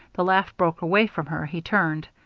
the laugh broke away from her, he turned.